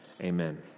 Amen